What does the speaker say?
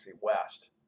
West